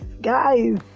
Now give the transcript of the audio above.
guys